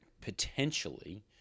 potentially